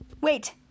wait